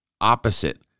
Opposite